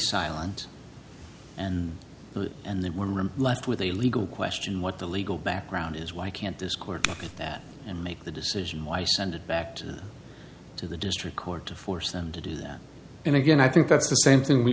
silent and and they were room left with a legal question what the legal background is why can't this court that and make the decision why send it back to to the district court to force them to do that and again i think that's the same thing we